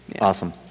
awesome